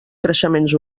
creixements